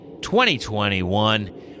2021